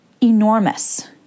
enormous